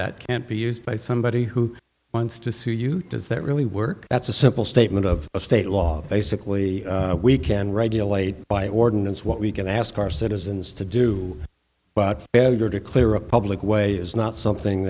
that can't be used by somebody who wants to sue you does that really work that's a simple statement of a state law basically we can regulate by ordinance what we can ask our citizens to do but bad or to clear a public way is not something